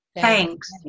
Thanks